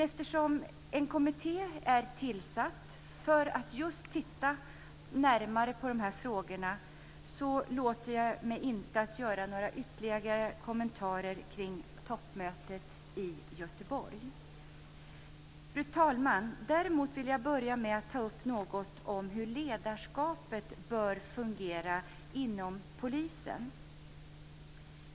Eftersom en kommitté är tillsatt för att titta närmare på just dessa frågor låter jag bli att ytterligare kommentera toppmötet i Göteborg. Fru talman! Jag vill börja med att ta upp något om hur ledarskapet bör fungera inom poliskåren.